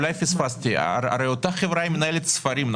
אולי פספסתי: הרי אותה חברה מנהלת ספרים.